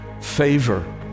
favor